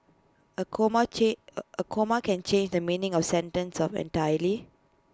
A comma change A a comma can change the meaning of A sentence entirely